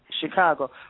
Chicago